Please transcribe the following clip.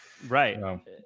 Right